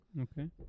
Okay